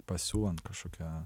pasiūlant kažkokią